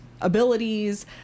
abilities